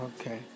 Okay